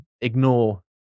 ignore